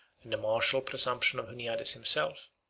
and the martial presumption of huniades himself,